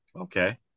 Okay